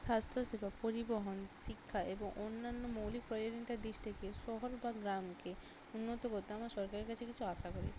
স্বাস্থ্যসেবা পরিবহন শিক্ষা এবং অন্যান্য মৌলিক প্রয়োজনীয়তার দিক থেকে শহর বা গ্রামকে উন্নত করতে আমরা সরকারের কাছে কিছু আশা করি